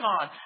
on